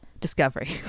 discovery